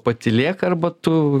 patylėk arba tu